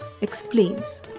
explains